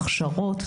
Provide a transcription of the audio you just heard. הכשרות,